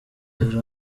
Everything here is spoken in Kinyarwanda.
hari